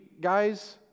guys